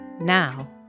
Now